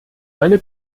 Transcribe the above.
eine